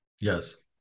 Yes